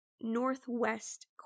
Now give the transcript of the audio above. northwest